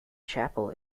chapel